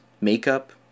makeup